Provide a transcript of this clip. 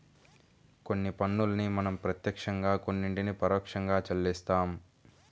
కొన్ని పన్నుల్ని మనం ప్రత్యక్షంగా కొన్నిటిని పరోక్షంగా చెల్లిస్తాం